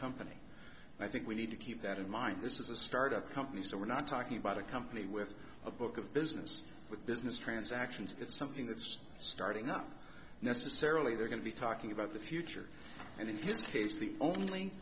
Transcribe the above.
company i think we need to keep that in mind this is a start up company so we're not talking about a company with a book of business with business transactions it's something that's starting up necessarily they're going to be talking about the future and in his case the only